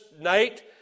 night